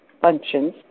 functions